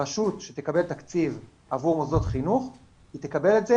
רשות שתקבל תקציב עבור מוסדות חינוך היא תקבל את זה